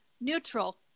Neutral